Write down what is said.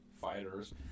Fighters